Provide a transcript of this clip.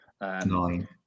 Nine